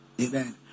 Amen